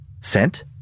Sent